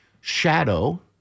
shadow